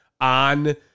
on